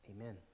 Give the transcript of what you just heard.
Amen